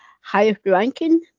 highest-ranking